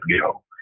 go